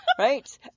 right